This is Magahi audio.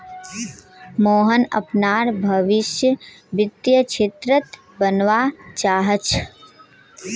मोहन अपनार भवीस वित्तीय क्षेत्रत बनवा चाह छ